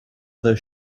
other